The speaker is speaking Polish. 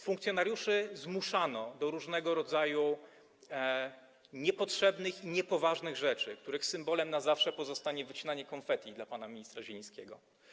Funkcjonariuszy zmuszano do różnego rodzaju niepotrzebnych i niepoważnych rzeczy, których symbolem na zawsze pozostanie wycinanie konfetti dla pana ministra Zielińskiego.